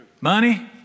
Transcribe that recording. Money